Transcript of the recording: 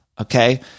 Okay